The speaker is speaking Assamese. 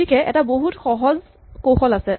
গতিকে এটা বহুত সহজ কৌশল আছে